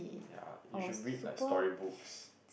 ya you should read like story books